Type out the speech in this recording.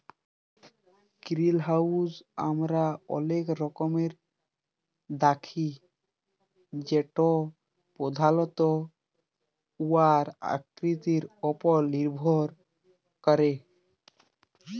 greenhouse আমরা অলেক রকমের দ্যাখি যেট পধালত উয়ার আকৃতির উপর লির্ভর ক্যরে